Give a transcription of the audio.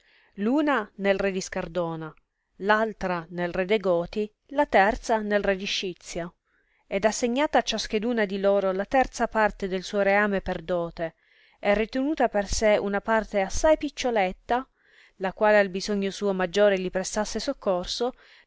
una nel re di scardona l'altra nel re dei goti la terza nel re di scizia ed assignata a ciascheduna di loro la terza parte del suo reame per dote e ritenuta per sé una parte assai piccioletta la quale al bisogno suo maggiore li prestasse soccorso